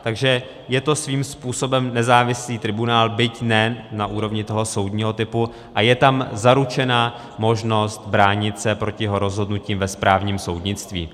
Takže je to svým způsobem nezávislý tribunál, byť ne na úrovni toho soudního typu, a je tam zaručena možnost bránit se proti jeho rozhodnutím ve správním soudnictví.